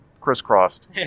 crisscrossed